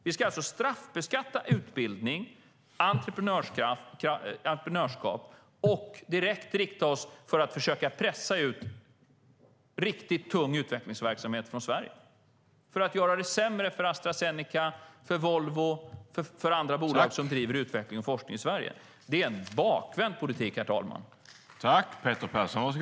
Vi ska alltså straffbeskatta utbildning och entreprenörskap och direkt rikta oss för att försöka pressa ut riktigt tung utvecklingsverksamhet från Sverige, för att göra det sämre för Astra Zeneca, för Volvo och för andra bolag som driver utveckling och forskning i Sverige. Det är, herr talman, en bakvänd politik!